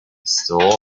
still